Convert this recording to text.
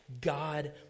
God